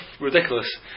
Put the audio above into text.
ridiculous